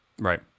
Right